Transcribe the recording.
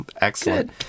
Excellent